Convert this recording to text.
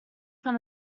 from